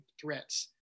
threats